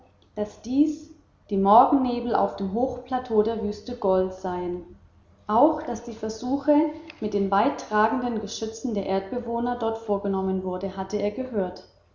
daß dies die morgennebel auf dem hochplateau der wüste gol seien auch daß die versuche mit den weittragenden geschützen der erdbewohner dort vorgenommen wurden hatte er gehört